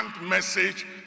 message